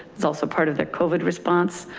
it's also part of their covert response,